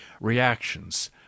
reactions